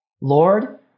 lord